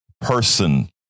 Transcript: person